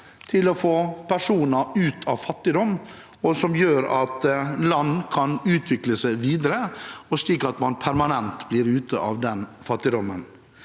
til å få personer ut av fattigdom, og som gjør at land kan utvikle seg videre slik at man permanent kommer ut av fattigdommen.